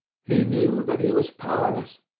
he knew that he was powerless.